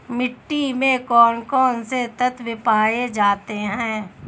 मिट्टी में कौन कौन से तत्व पाए जाते हैं?